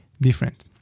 different